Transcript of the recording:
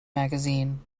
magazine